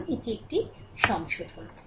সুতরাং এটি কেবল সংশোধন